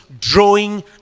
drawing